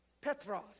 Petros